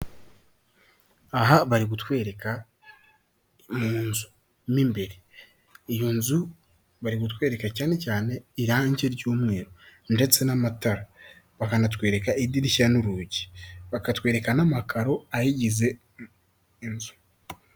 Aha bari kutwereka mu nzu mo imbere, iyo nzu bari kutwereka cyane cyane irange ry'umweru ndetse n'amatara, bakanatwereka idirishya n'urugi, bakatwereka n'amakaro ayigize inzu.